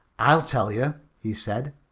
i'll tell you, he said.